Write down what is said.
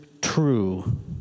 true